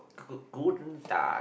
go~ golden duck